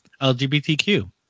LGBTQ